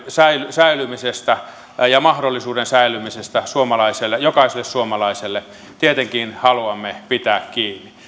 säilymisestä ja mahdollisuuden säilymisestä jokaiselle suomalaiselle tietenkin haluamme pitää kiinni